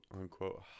unquote